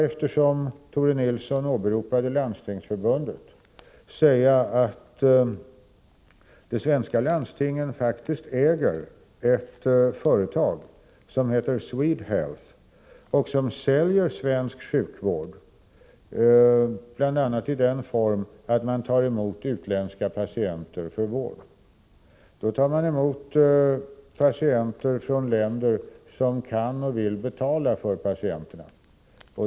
Eftersom Tore Nilsson åberopade Landstingsförbundet vill jag säga att de svenska landstingen faktiskt äger ett företag som heter SwedeHealth och som säljer svensk sjukvård bl.a. i den formen att man tar emot utländska patienter för vård. Då tar man emot patienter från länder som kan och vill betala för patienterna.